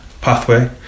pathway